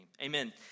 Amen